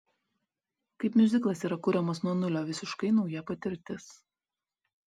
kaip miuziklas yra kuriamas nuo nulio visiškai nauja patirtis